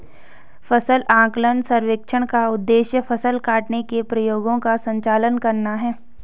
फसल आकलन सर्वेक्षण का उद्देश्य फसल काटने के प्रयोगों का संचालन करना है